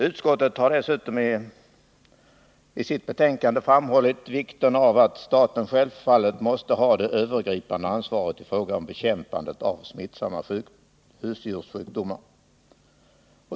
Utskottet har i sitt betänkande understrukit att staten självfallet måste ha det övergripande ansvaret i fråga om bekämpandet av smittsamma husdjurssjukdomar.